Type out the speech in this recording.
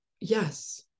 yes